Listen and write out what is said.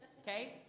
Okay